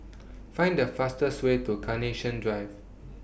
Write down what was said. Find The fastest Way to Carnation Drive